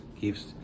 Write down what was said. gifts